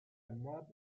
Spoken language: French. nab